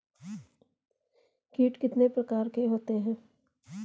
कीट कितने प्रकार के होते हैं?